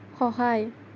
সহায়